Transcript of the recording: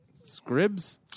Scribs